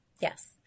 Yes